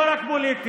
לא רק פוליטית,